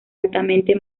altamente